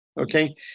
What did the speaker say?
Okay